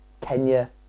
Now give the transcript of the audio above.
Kenya